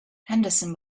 henderson